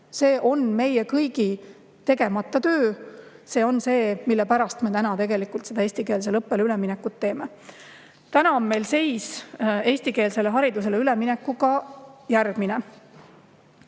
See on meie kõigi tegemata töö. See on see, mille pärast me tegelikult eestikeelsele õppele üleminekut teeme. Täna on seis eestikeelsele haridusele üleminekul järgmine.